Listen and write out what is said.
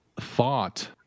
thought